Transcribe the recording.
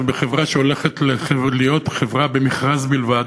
בחברה שהולכת להיות חברה במכרז בלבד,